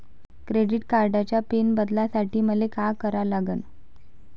Credit कार्डाचा pin बदलासाठी मले का करा लागन?